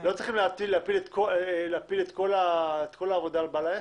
לא צריך להפיל את כל העבודה על בעל העסק.